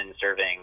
serving